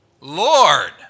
Lord